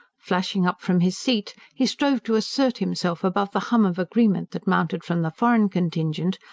flashing up from his seat, he strove to assert himself above the hum of agreement that mounted from the foreign contingent,